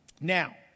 Now